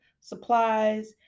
supplies